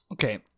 okay